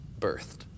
birthed